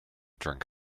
drink